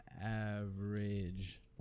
average